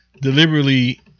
Deliberately